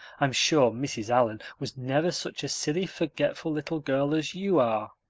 i'm sure mrs. allan was never such a silly, forgetful little girl as you are.